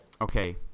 Okay